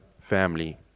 family